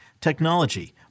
technology